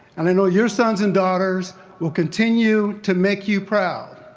and i know your sons and daughters will continue to make you proud.